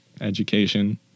education